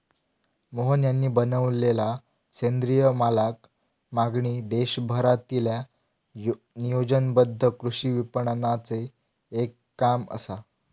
मोहन यांनी बनवलेलला सेंद्रिय मालाक मागणी देशभरातील्या नियोजनबद्ध कृषी विपणनाचे एक काम असा